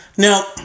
Now